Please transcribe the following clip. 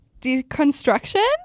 deconstruction